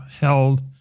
held